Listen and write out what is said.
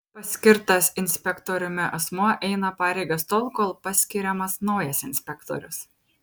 paskirtas inspektoriumi asmuo eina pareigas tol kol paskiriamas naujas inspektorius